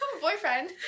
boyfriend